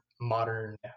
modern